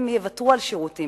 הם יוותרו על שירותים,